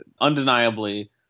undeniably